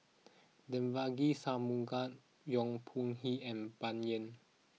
Devagi Sanmugam Yong Pung How and Bai Yan